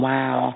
Wow